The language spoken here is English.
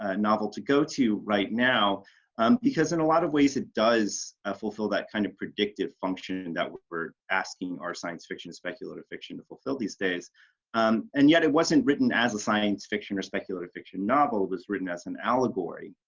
ah novel to go to right now because in a lot of ways it does ah fulfill that kind of predictive function that we're asking our science fiction speculative speculative fiction to fulfill these days um and yet it wasn't written as a science fiction or speculative fiction novel. it was written as an allegory